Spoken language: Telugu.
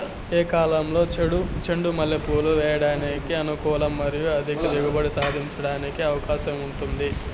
ఏ కాలంలో చెండు మల్లె పూలు వేయడానికి అనుకూలం మరియు అధిక దిగుబడి సాధించడానికి అవకాశం ఉంది?